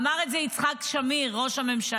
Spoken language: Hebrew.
אמר את זה יצחק שמיר, ראש הממשלה.